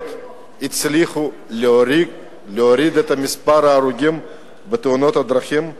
הצליחו להוריד את מספר ההרוגים בתאונות הדרכים?